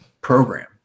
program